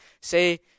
say